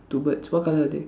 two birds what colour are they